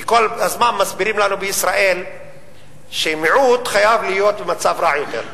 כי כל הזמן מסבירים לנו בישראל שמיעוט חייב להיות במצב רע יותר.